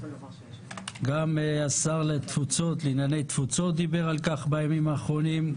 גם השר לענייני התפוצות דיבר על כך בימים האחרונים,